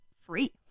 free